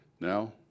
Now